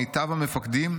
מיטב המפקדים,